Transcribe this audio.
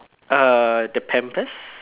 (uh)q the pampers